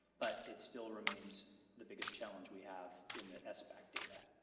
but it still remains the biggest challenge we have, in the sbac data.